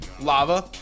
Lava